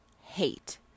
hate